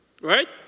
right